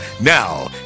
Now